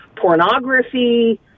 Pornography